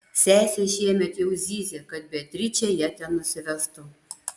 sesė šiemet jau zyzė kad beatričė ją ten nusivestų